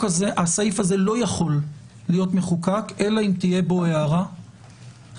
הסעיף הזה לא יכול להיות מחוקק אלא אם תהיה בו הערה שהפרסום